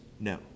No